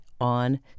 on